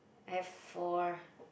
I have four